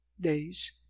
days